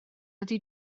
ydy